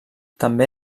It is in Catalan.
també